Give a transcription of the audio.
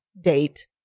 date